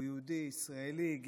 הוא יהודי, ישראלי, גאה,